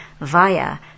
via